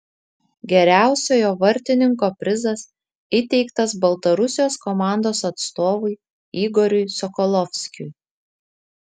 geriausiojo vartininko prizas įteiktas baltarusijos komandos atstovui igoriui sokolovskiui